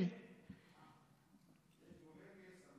תודה רבה.